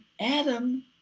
Adam